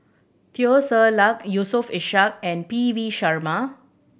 Teo Ser Luck Yusof Ishak and P V Sharma